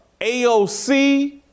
AOC